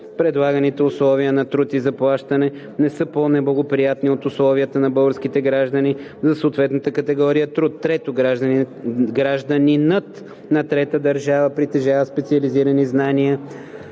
предлаганите условия на труд и заплащане не са по-неблагоприятни от условията за българските граждани за съответната категория труд; 3. гражданинът на трета държава притежава специализирани знания,